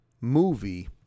movie